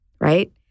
Right